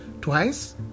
twice